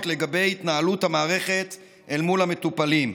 לגבי התנהלות המערכת אל מול המטופלים.